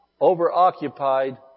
over-occupied